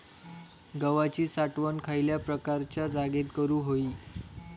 गव्हाची साठवण खयल्या प्रकारच्या जागेत करू होई?